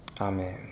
Amen